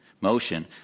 motion